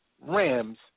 Rams